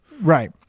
right